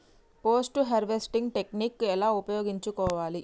Post harvesting technique ఎలా ఉపయోగించుకోవాలి?